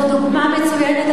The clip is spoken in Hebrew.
זו דוגמה מצוינת,